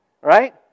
right